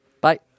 Bye